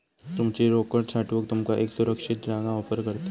तुमची रोकड साठवूक तुमका एक सुरक्षित जागा ऑफर करता